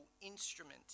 instrument